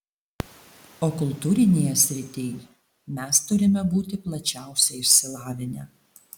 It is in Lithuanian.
o kultūrinėje srityj mes turime būti plačiausiai išsilavinę